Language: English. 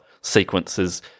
sequences